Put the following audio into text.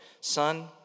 son